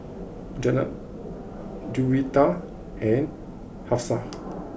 Jenab Juwita and Hafsa